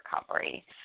recovery